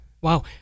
Wow